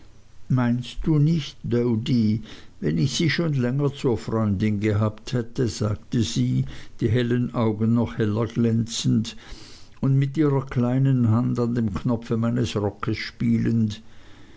meinst du nicht doady wenn ich sie schon länger zur freundin gehabt hätte sagte sie die hellen augen noch heller glänzend und mit ihrer kleinen hand an dem knopfe meines rockes spielend